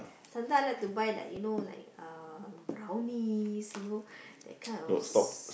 sometimes I like to buy like you know like uh brownies you know that kind of s~